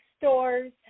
stores